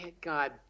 god